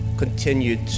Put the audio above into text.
continued